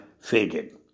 faded